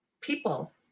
people